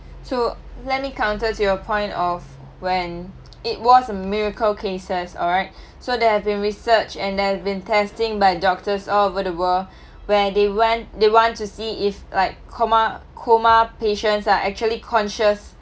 so let me counter your point of when it was a miracle cases alright so there have been research and have been testing by doctors all over the world where they want they want to see if like coma coma patients are actually conscious